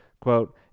quote